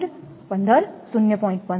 15 0